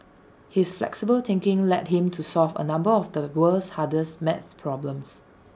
his flexible thinking led him to solve A number of the world's hardest math problems